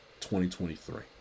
2023